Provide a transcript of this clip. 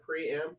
preamp